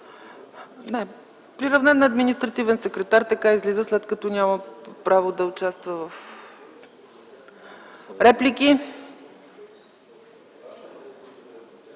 приравнен е на административен секретар. Така излиза, след като няма право да участва в ...